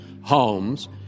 homes